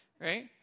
right